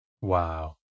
Wow